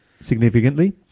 significantly